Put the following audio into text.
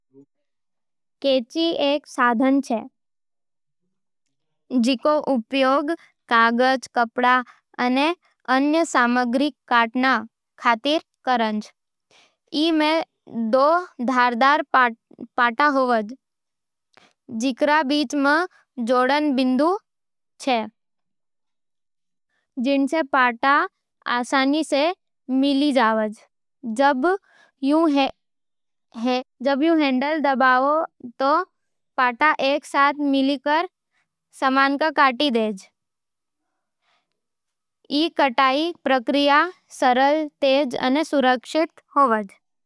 कैंची एक साधन छे जिकरो उपयोग कागज, कपड़ा अने अन्य सामग्री काटण खातर करज़। ई में दो धारदार पाटा होवे, जिकरा बीच में जोड़न बिंदु होवे, जिणसे पाटा आसानी सै मिल जावे है। जब थूं हैंडल दबावै हो, तो पाटा एक साथ मिलके कटाई करै अने सामग्री में चीर हो जावे है। ई कटाई प्रक्रिया सरल, तेज अने सुरक्षित होव।